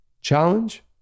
challenge